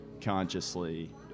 consciously